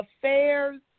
affairs